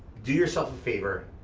do yourself a favor,